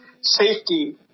safety